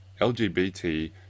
lgbt